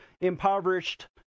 impoverished